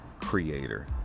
creator